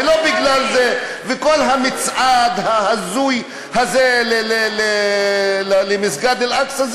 וכל המצעד ההזוי הזה למסגד אל-אקצא,